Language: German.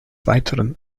weiteren